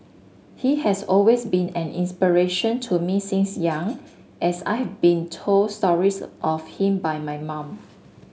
he has always been an inspiration to me since young as I've been told stories of him by my mum